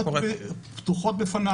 אומר ד"ר רכס: אני עברתי על התיקים,